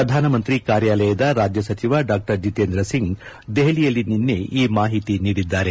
ಪ್ರಧಾನಮಂತ್ರಿ ಕಾರ್ಯಾಲಯದ ರಾಜ್ಯ ಸಚಿವ ಡಾ ಜಿತೇಂದ್ರ ಸಿಂಗ್ ದೆಹಲಿಯಲ್ಲಿ ನಿನ್ನೆ ಈ ಮಾಹಿತಿ ನೀಡಿದ್ದಾರೆ